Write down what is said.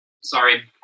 sorry